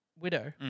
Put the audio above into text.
widow